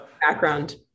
background